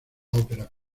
ópera